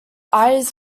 eyes